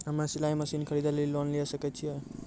हम्मे सिलाई मसीन खरीदे लेली लोन लिये सकय छियै?